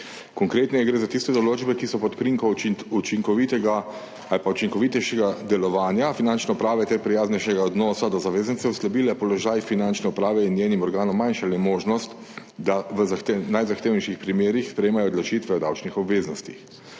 Konkretneje, gre za tiste določbe, ki so pod krinko učinkovitega ali pa učinkovitejšega delovanja Finančne uprave ter prijaznejšega odnosa do zavezancev slabile položaj Finančne uprave in njenim organom manjšale možnost, da v najzahtevnejših primerih sprejemajo odločitve o davčnih obveznostih.